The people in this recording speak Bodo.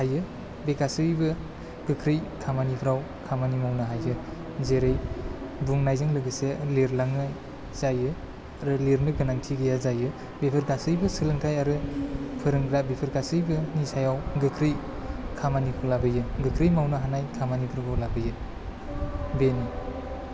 थायो बे गासैबो गोख्रै खामानिफ्राव खामानि मावनो हायो जेरै बुंनायजों लोगोसे लिरलांनाय जायो आरो लिरनो गोनांथि गैया जायो बेफोर गासैबो सोलोंथाइ आरो फोरोंग्रा बेफोर गासैबोनि सायाव गोख्रै खामानिखौ लाबोयो गोख्रै मावनो हानाय खामानिखौ लाबोयो बेनो